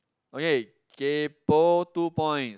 okay kaypo two points